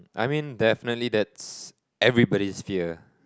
I mean definitely that's everybody's fear